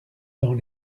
dans